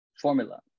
formula